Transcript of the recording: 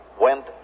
went